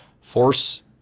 force